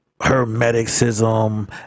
Hermeticism